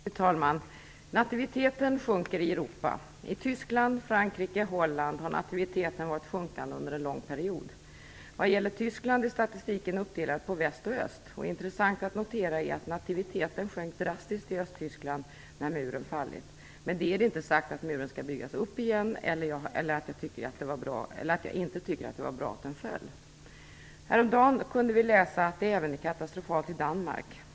Fru talman! Nativiteten sjunker i Europa. I Tyskland, Frankrike och Holland har nativiteten varit sjunkande under en lång period. Vad gäller Tyskland är statistiken uppdelad på öst och väst. Intressant att notera är att nativiteten sjönk drastiskt i Östtyskland när muren hade fallit. Med det är det inte sagt att muren skall byggas upp igen eller att jag inte tycker att det var att den föll. Häromdagen kunde vi läsa att läget är katastrofalt även i Danmark.